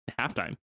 halftime